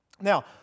Now